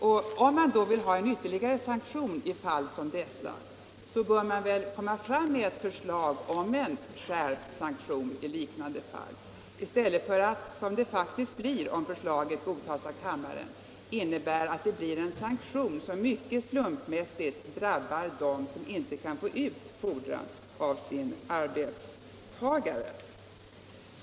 Om man i sådana fall vill ha en ytterligare sanktion bör man väl framlägga förslag om sanktion i liknande fall i stället för att, som det faktiskt blir om förslaget godtas av kammaren, införa en sanktion som mycket slumpmässigt drabbar dem som inte kan få ut sin fordran av arbetstagaren.